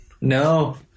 No